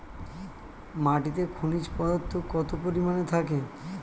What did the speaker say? মাটিতে খনিজ পদার্থ কত পরিমাণে থাকে?